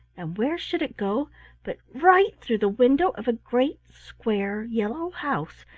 and where should it go but right through the window of a great square yellow house,